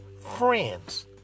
friends